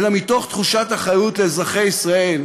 אלא מתוך תחושת אחריות לאזרחי ישראל,